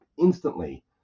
instantly